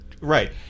Right